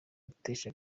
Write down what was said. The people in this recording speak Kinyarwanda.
batesha